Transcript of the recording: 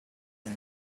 and